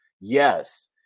yes